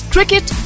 Cricket